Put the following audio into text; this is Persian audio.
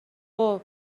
خوب